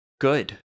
good